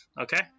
Okay